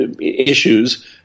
issues